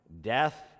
Death